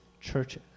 church